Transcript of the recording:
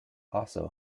also